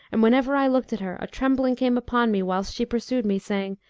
and whenever i looked at her, a trembling came upon me whilst she pursued me, saying.